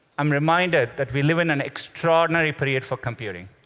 i'm reminded that we live in an extraordinary period for computing.